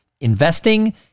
investing